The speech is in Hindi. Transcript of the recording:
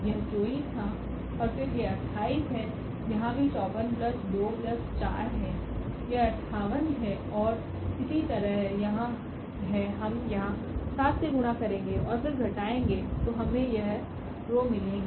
यह 24 था और फिर यह 28 है यहाँ भी 54 प्लस 2 प्लस 4 है यह 58 है और इसी तरह यहाँ है हम यहां 7 से गुणा करेंगे और फिर घटाएंगे तो हमें यह रो मिलेगी